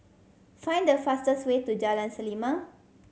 find the fastest way to Jalan Selimang